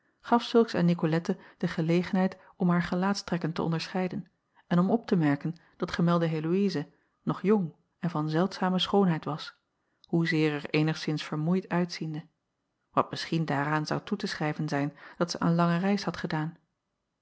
gaf zulks aan icolette de gelegenheid om haar gelaatstrekken te onderscheiden en om op te merken dat gemelde eloïze nog jong en van zeldzame schoonheid was hoezeer er eenigszins vermoeid uitziende wat misschien daaraan zou toe te schrijven zijn dat zij een lange reis had gedaan